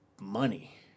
money